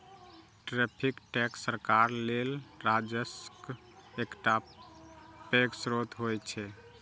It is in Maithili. टैरिफ टैक्स सरकार लेल राजस्वक एकटा पैघ स्रोत होइ छै